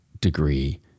degree